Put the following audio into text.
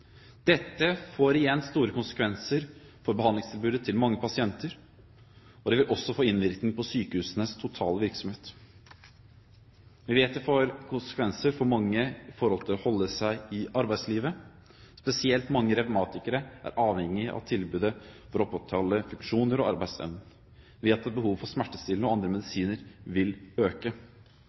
konsekvenser for behandlingstilbudet til mange pasienter, og det vil også få innvirkning på sykehusenes totale virksomhet. Vi vet det får konsekvenser for mange med hensyn til å holde seg i arbeidslivet. Spesielt er mange revmatikere avhengig av tilbudet for å opprettholde funksjoner og arbeidsevne. Vi vet at behovet for smertestillende og andre medisiner vil øke.